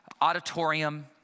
auditorium